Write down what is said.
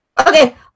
Okay